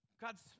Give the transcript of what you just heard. God's